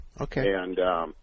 Okay